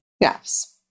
Yes